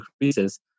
increases